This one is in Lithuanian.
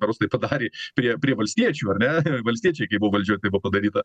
rusai padarė prie prie valstiečių ar ne valstiečiai kai buvo valdžioj tai buvo padaryta